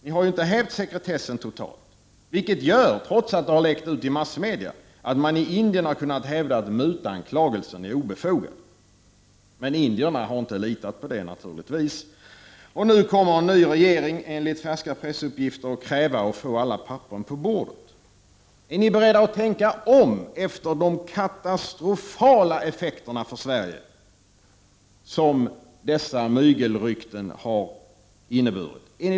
Ni har inte hävt sekretessen totalt, vilket gör — trots att det hela har läckt ut i massmedia — att man i Indien har kunnat hävda att mutanklagelsen är obefogad. Men indierna har naturligtvis inte litat på det. Nu kommer en ny regering, enligt färska pressuppgifter, att kräva att få alla papper på bordet. Är ni beredda att tänka om efter de katastrofala effekter för Sverige som dessa mygelrykten har inneburit?